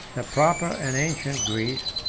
the proper and ancient greece,